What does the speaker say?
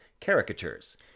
caricatures